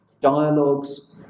Dialogues